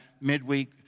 midweek